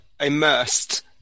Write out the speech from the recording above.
immersed